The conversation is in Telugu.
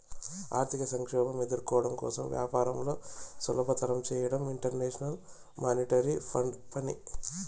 ఆర్థిక సంక్షోభం ఎదుర్కోవడం కోసం వ్యాపారంను సులభతరం చేయడం ఇంటర్నేషనల్ మానిటరీ ఫండ్ పని